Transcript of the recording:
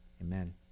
Amen